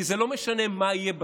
כי זה לא משנה מה יהיה בסוף,